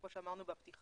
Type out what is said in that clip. כמו שאמרנו בפתיחה,